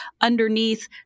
underneath